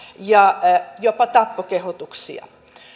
ja jopa tappokehotuksia